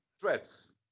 threats